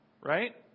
Right